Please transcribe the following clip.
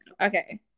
Okay